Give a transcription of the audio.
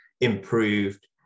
improved